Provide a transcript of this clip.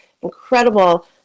incredible